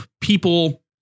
people